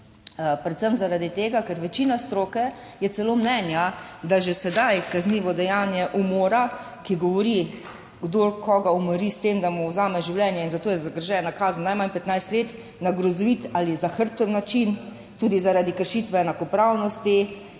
predvsem zaradi tega, ker je večina stroke celo mnenja, da že sedaj kaznivo dejanje umora, ki govori, kdo koga umori s tem, da mu vzame življenje, in za to je zagrožena kazen najmanj 15 let, na grozovit ali zahrbten način, tudi zaradi kršitve enakopravnosti,